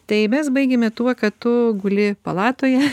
tai mes baigėme tuo kad tu guli palatoje